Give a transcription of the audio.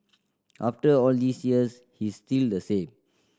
after all these years he's still the same